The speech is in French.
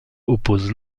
oppose